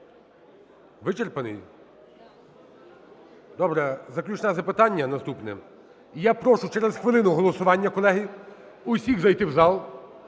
Вичерпаний? Добре, заключне запитання наступне. Я прошу, через хвилину голосування, колеги, усіх зайти в зал,